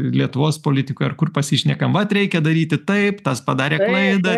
lietuvos politikoj ar kur pasišnekam vat reikia daryti taip tas padarė klaidą